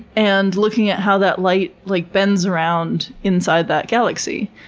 and looking at how that light like bends around inside that galaxy,